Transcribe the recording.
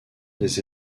des